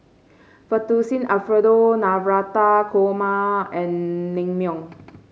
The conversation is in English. Fettuccine Alfredo Navratan Korma and Naengmyeon